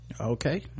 Okay